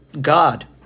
God